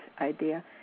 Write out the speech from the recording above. idea